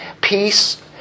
peace